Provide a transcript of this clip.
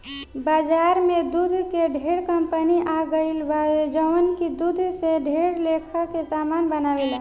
बाजार में दूध के ढेरे कंपनी आ गईल बावे जवन की दूध से ढेर लेखा के सामान बनावेले